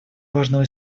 важного